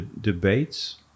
debates